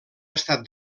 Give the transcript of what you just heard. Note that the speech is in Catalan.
estat